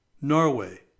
Norway